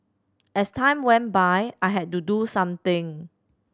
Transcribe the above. as time went by I had to do something